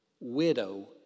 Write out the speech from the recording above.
widow